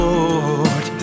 Lord